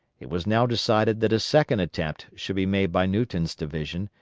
it was now decided that a second attempt should be made by newton's division,